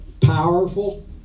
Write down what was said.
powerful